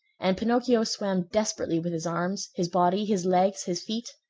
and pinocchio swam desperately with his arms, his body, his legs, his feet.